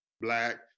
black